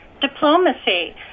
diplomacy